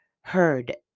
heard